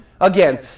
again